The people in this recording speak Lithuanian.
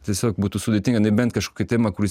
tiesiog būtų sudėtinga nebent kažkokia tema kuris